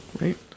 right